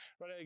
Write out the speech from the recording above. Right